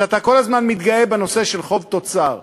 אתה כל הזמן מתגאה בנושא של חוב תוצר,